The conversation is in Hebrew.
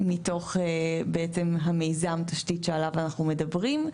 מתוך בעצם המיזם תשתית שעליו אנחנו מדברים.